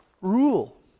Rule